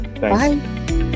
Bye